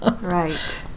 Right